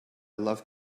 love